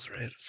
right